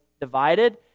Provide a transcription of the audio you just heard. divided